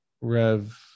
Rev